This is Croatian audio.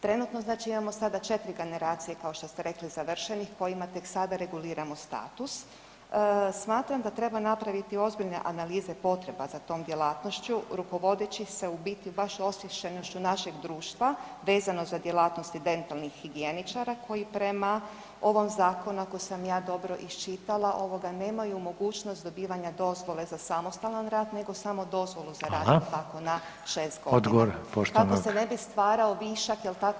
Trenutno znači imamo sada 4 generacije završenih kojima tek sada reguliramo status, smatram da treba napraviti ozbiljne analize potreba za tom djelatnošću rukovodeći se u biti baš osviještenošću našeg društva vezano za djelatnosti dentalnih higijeničara koji prema ovom zakonu ako sam ja dobro iščitala ovoga nemaju mogućnost dobivanja dozvole za samostalan rad nego samo dozvolu za rad, jel tako [[Upadica: Hvala.]] na 6 godina kako se ne bi stvarao višak jel tako